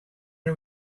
are